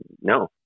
No